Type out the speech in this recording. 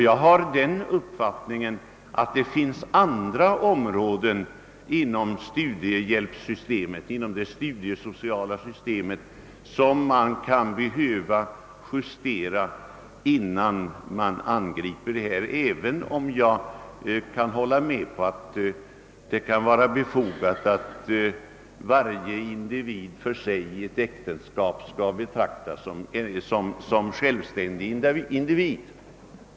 Jag har den uppfattningen att det finns andra områden inom det studiesociala systemet som kan behöva justeras innan man angriper just detta problem, även om jag kan hålla med om att det kan vara befogat att varje indi vid i ett äktenskap skall betraktas som en i ekonomiskt hänseende självständig individ.